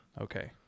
Okay